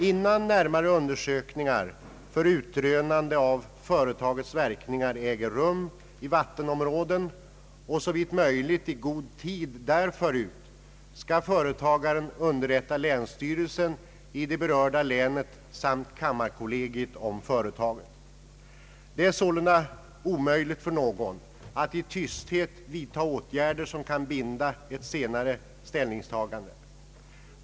Innan närmare undersökningar för utrönande av företagets verkningar äger rum i vattenområden och såvitt möjligt i god tid därförut skall företagaren underrätta länsstyrelsen i det berörda länet samt kammarkollegiet om företaget. Det är sålunda omöjligt för någon att i tysthet vidta åtgärder som kan binda ett senare ställningstagande.